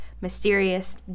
mysterious